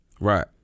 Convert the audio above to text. right